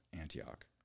Antioch